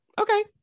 Okay